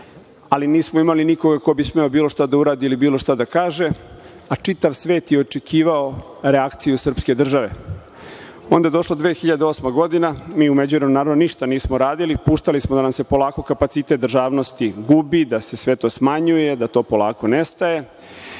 ali nismo imali nikoga ko bi smeo bilo šta da uradi ili bilo šta da kaže, a čitav svet je očekivao reakciju srpske države. Onda je došla 2008. godina. Mi u međuvremenu, naravno, ništa nismo radili, puštali smo da nam se polako kapacitet državnosti gubi, da se sve to smanjuje, da to polako nestaje,